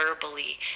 verbally